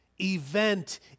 event